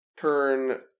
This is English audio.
turn